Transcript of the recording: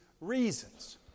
reasons